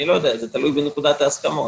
זה תלוי בנקודת ההסכמות.